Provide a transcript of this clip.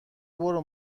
برو